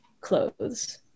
clothes